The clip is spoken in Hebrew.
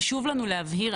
חשוב לנו להבהיר,